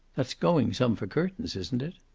that's going some for curtains, isn't it?